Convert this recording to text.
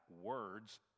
words